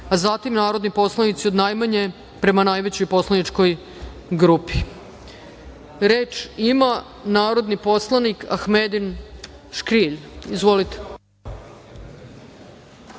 a zatim narodni poslanici od najmanje prema najvećoj poslaničkoj grupi. Reč ima narodni poslanik Ahmedin Škrijelj.